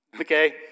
Okay